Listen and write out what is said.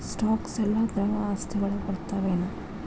Stocks ಯೆಲ್ಲಾ ದ್ರವ ಆಸ್ತಿ ವಳಗ್ ಬರ್ತಾವೆನ?